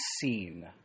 seen